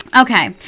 Okay